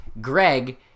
Greg